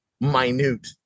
minute